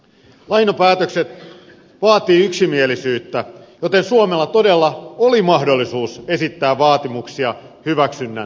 lainapäätökset vaativat yksimielisyyttä joten suomella todella oli mahdollisuus esittää vaatimuksia hyväksynnän tueksi